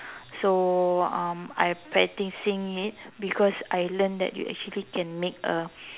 so um I'm practicing it because I learn that you actually can make a